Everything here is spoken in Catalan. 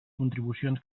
contribucions